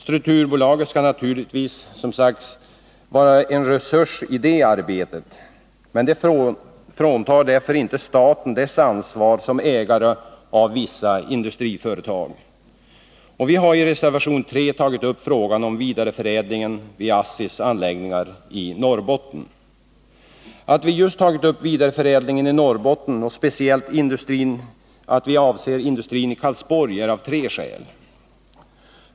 Strukturbolaget skall naturligtvis, som sagt, vara en resursi det arbetet. Men det fråntar inte staten dess ansvar som ägare av vissa industriföretag. Vi har i reservation 3 tagit upp frågan om vidareförädling vid ASSI:s anläggningar i Norrbotten. Att vi just tagit upp vidareförädlingen i Norrbotten och att vi speciellt avser industrin i Karlsborg har tre skäl.